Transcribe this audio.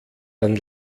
dann